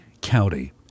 County